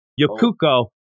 Yokuko